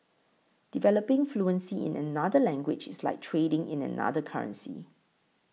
developing fluency in another language is like trading in another currency